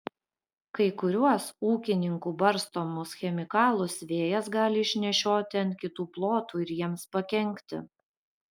kai kuriuos ūkininkų barstomus chemikalus vėjas gali išnešioti ant kitų plotų ir jiems pakenkti